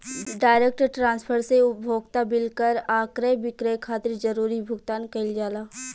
direct transfer से उपभोक्ता bill कर आ क्रय विक्रय खातिर जरूरी भुगतान कईल जाला